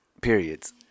periods